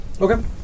Okay